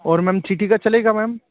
और ma'am city का चलेगा मैम